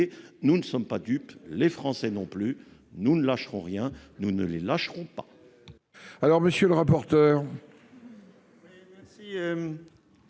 Nous ne sommes pas dupes, les Français non plus : nous ne lâcherons rien, nous ne les lâcherons pas